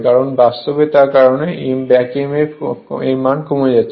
কারণ বাস্তবে তা করলে ব্যাক Emf কমে যাচ্ছে